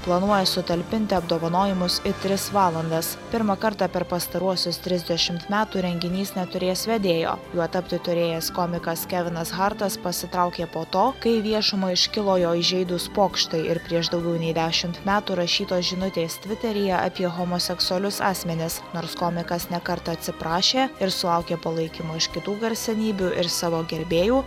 planuoja sutalpinti apdovanojimus į tris valandas pirmą kartą per pastaruosius trisdešimt metų renginys neturės vedėjo juo tapti turėjęs komikas kevinas hartas pasitraukė po to kai į viešumą iškilo jo įžeidūs pokštai ir prieš daugiau nei dešimt metų rašytos žinutės tviteryje apie homoseksualius asmenis nors komikas ne kartą atsiprašė ir sulaukė palaikymo iš kitų garsenybių ir savo gerbėjų